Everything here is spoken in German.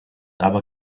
aber